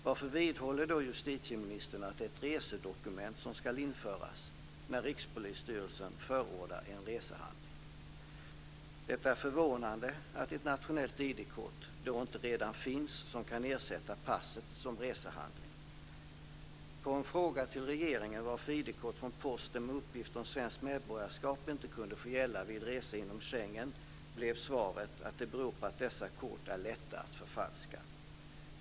Varför vidhåller då justitieministern att det är ett resedokument som ska införas när Rikspolisstyrelsen förordar en resehandling? Det är förvånande att ett nationellt ID-kort då inte redan finns som kan ersätta passet som resehandling. Posten med uppgift om svenskt medborgarskap inte kunde få gälla vid resor inom Schengen blev svaret att det beror på att dessa kort är lätta att förfalska.